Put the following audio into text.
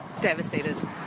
devastated